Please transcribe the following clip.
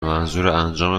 منظورانجام